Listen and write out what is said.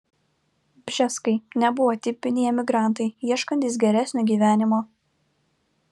bžeskai nebuvo tipiniai emigrantai ieškantys geresnio gyvenimo